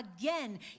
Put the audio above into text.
again